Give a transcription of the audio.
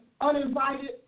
uninvited